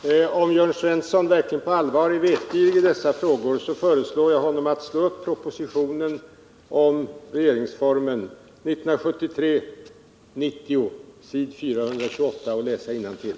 Herr talman! Om Jörn Svensson verkligen på allvar är vetgirig i dessa frågor, föreslår jag honom att slå upp s. 428 i propositionen 1973:90 om regeringsformen och läsa innantill.